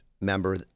member